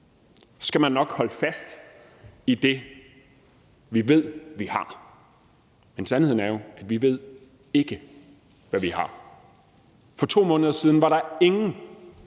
Så skal man nok holde fast i det, vi ved vi har. Men sandheden er jo, at vi ikke ved, hvad vi har. For 2 måneder siden var der ingen